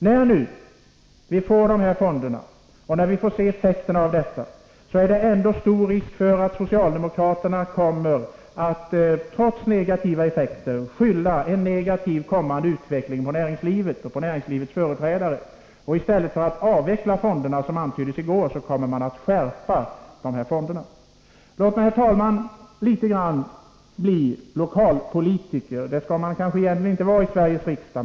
Sedan vi har fått dessa fonder, är det stor risk för att socialdemokraterna kommer att skylla alla negativa effekter på näringslivet och dess företrädare. I stället för att avveckla fonderna, vilket antyddes i går, kommer man att skärpa dem. Låt mig, herr talman, bli litet lokalpolitiker. Det skall man egentligen inte vara i Sveriges riksdag.